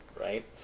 right